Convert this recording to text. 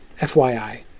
FYI